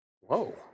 Whoa